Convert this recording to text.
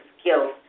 skills